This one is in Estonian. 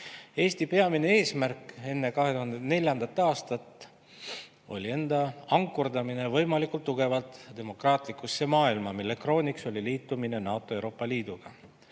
Eesti peamine eesmärk enne 2004. aastat oli enda ankurdamine võimalikult tugevalt demokraatlikusse maailma. Selle krooniks oli liitumine NATO ja Euroopa Liiduga.